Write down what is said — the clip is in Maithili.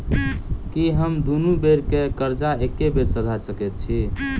की हम दुनू बेर केँ कर्जा एके बेर सधा सकैत छी?